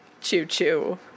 Choo-choo